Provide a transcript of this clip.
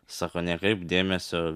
sako nekreipk dėmesio